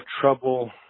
trouble